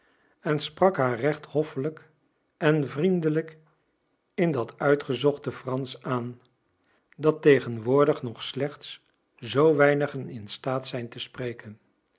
en sprak haar recht hoffelijk en vriendelijk in dat uitgezochte fransch aan dat tegenwoordig nog slechts zoo weinigen in staat zijn te spreken